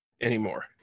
anymore